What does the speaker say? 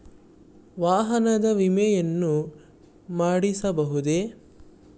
ವಾಹನದ ವಿಮೆಯನ್ನು ಮಾಡಿಸಬಹುದೇ?